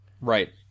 Right